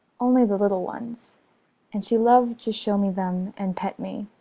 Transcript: only the little ones and she loved to show me them and pet me.